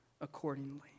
accordingly